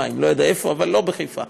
שים לב איך שחבר הכנסת גפני